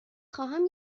خواهم